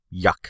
yuck